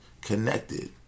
connected